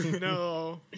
No